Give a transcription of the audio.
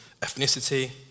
ethnicity